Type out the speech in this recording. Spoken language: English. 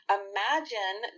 imagine